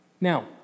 Now